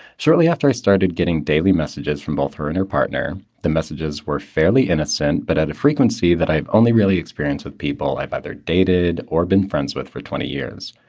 shortly after i started getting daily messages from both her and her partner, the messages were fairly innocent, but at a frequency that i only. really experience with people i've either dated or been friends with for twenty years.